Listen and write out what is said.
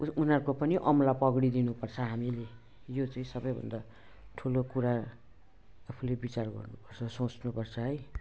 उ उनीहरूको पनि औँला पक्रिदिनु पर्छ हामीले यो चाहिँ सबैभन्दा ठुलो कुरा आफैले विचार गर्नुपर्छ सोच्नुपर्छ है